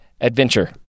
adventure